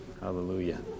Hallelujah